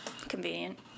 Convenient